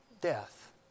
death